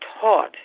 taught